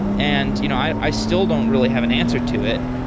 and you know i i still don't really have an answer to it,